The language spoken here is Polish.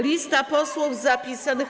Lista posłów zapisanych.